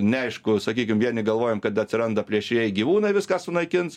neaišku sakykim vien galvojam kad atsiranda plėšrieji gyvūnai viską sunaikins